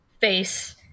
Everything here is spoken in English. face